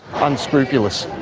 unscrupulous,